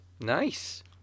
Nice